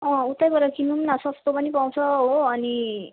अँ उतैबाट किनौँ न सस्तो पनि पाउँछ हो अनि